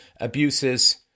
abuses